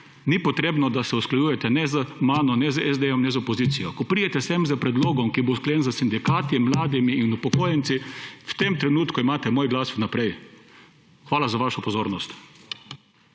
ni potrebno, da se usklajujete ne z mano, ne z SD, ne z opozicijo, ko pridete sem s predlogom, ki bo usklajen s sindikati, mladimi in upokojenci, v tem trenutku imate moj glas vnaprej. Hvala za vašo pozornost.